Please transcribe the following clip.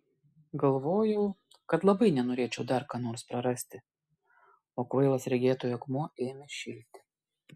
galvojau kaip labai nenorėčiau dar ką nors prarasti o kvailas regėtojų akmuo ėmė šilti